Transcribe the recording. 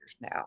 now